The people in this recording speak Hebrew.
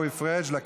אבל